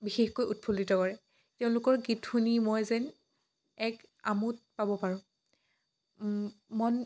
বিশেষকৈ উৎফুল্লিত কৰে তেওঁলোকৰ গীত শুনি মই যেন এক আমোদ পাব পাৰোঁ মন